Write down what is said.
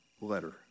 letter